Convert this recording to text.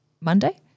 Monday